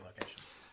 locations